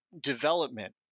development